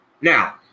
now